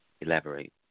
elaborate